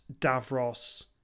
Davros